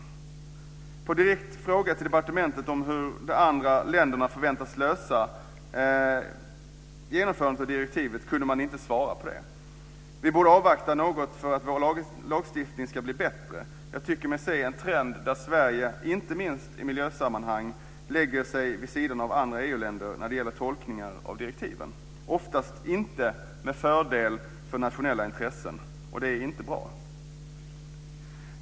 På en direkt fråga till departementet om hur de andra länderna förväntas lösa frågan om genomförandedirektivet hade man inget svar. Vi borde avvakta något för att vår lagstiftning ska bli bättre. Jag tycker mig se en trend där Sverige, inte minst i miljösammanhang, lägger sig vid sidan av andra EU-länder när det gäller tolkningar av direktiven - oftast inte med fördel för nationella intressen, och det är inte bra.